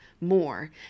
more